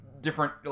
different